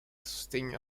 sostegno